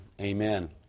amen